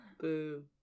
boo